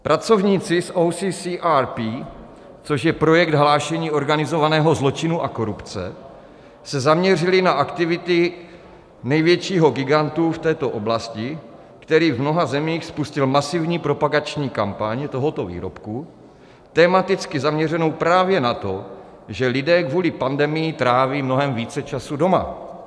Pracovníci z OCCRP, což je Projekt hlášení organizovaného zločinu a korupce, se zaměřili na aktivity největšího gigantu v této oblasti, který v mnoha zemích spustil masivní propagační kampaň tohoto výrobku, tematicky zaměřenou právě na to, že lidé kvůli pandemii tráví mnohem více času doma.